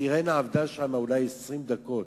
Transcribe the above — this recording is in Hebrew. הסירנה עבדה שם אולי 20 דקות,